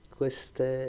queste